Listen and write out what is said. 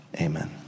Amen